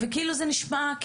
וכאילו זה נשמע,